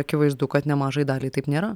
akivaizdu kad nemažai daliai taip nėra